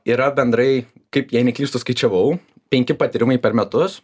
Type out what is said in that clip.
yra bendrai kaip jei neklystu skaičiavau penki patyrimai per metus